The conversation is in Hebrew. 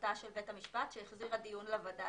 החלטה של בית המשפט שהחזיר את הדיון לווד"ל.